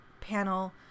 panel